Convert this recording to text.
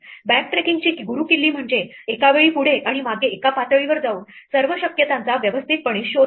बॅकट्रॅकिंगची गुरुकिल्ली म्हणजे एका वेळी पुढे आणि मागे एका पातळीवर जाऊन सर्व शक्यतांचा व्यवस्थित शोध घेणे